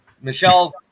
Michelle